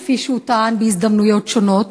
כפי שהוא טען בהזדמנויות שונות,